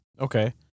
Okay